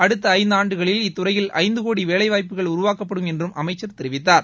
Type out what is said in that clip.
அடுத்த இந்தாண்டுகளில் இத்துறையில் ஐந்து கோடி வேலைவாய்ப்புக்கள் உருவாக்கப்படும் என்றும் அமைச்சர் தெரிவித்தார்